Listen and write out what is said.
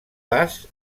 das